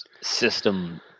system